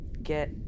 Get